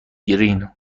گرین